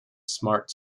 smart